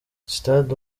sitade